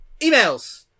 Emails